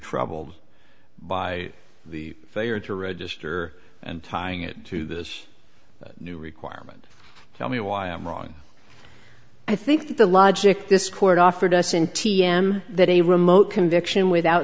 troubled by the failure to register and tying it to this new requirement tell me why i'm wrong i think the logic this court offered us in t m that a remote conviction without